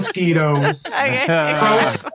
mosquitoes